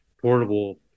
portable